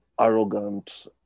arrogant